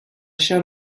shall